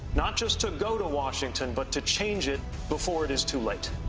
not just to go to washington but to change it before it is too late.